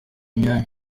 myanya